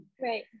Right